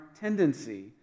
tendency